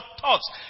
thoughts